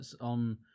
on